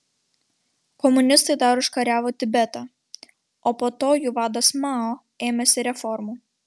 komunistai dar užkariavo tibetą o po to jų vadas mao ėmėsi reformų